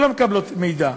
לא מקבל מידע.